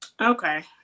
Okay